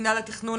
מנהל התכנון,